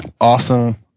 awesome